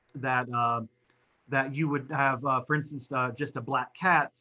that that you would have, for instance, just a black cat.